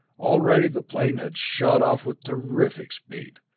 already the plane had shot off with terrific speed.